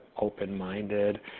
open-minded